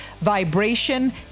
vibration